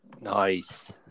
Nice